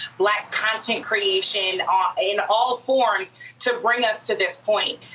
black content creation ah in all forms to bring us to this point.